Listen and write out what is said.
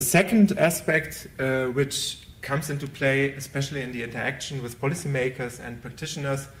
האספקט השני שקורה, במיוחד במהפכה עם המערכים והמערכים,